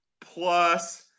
plus